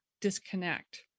disconnect